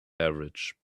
average